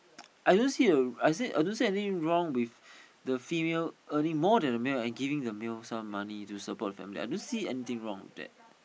I don't see anything wrong with the female earning more than male and giving the male some money to support the family